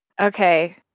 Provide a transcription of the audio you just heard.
Okay